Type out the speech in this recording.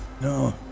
No